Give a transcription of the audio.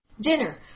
Dinner